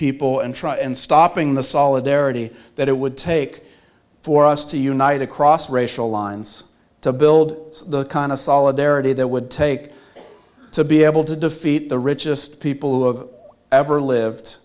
people and try and stopping the solidarity that it would take for us to unite across racial lines to build the kind of solidarity that would take to be able to defeat the richest people who have ever lived